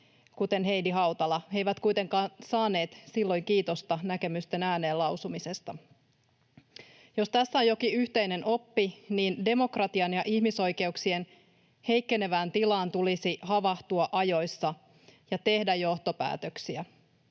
kuten Heidi Hautala. He eivät kuitenkaan saaneet silloin kiitosta näkemysten ääneen lausumisesta. Jos tässä on jokin yhteinen oppi, niin demokratian ja ihmisoikeuksien heikkenevään tilaan tulisi havahtua ajoissa ja tehdä johtopäätöksiä.